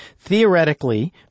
Theoretically